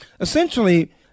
essentially